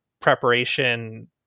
preparation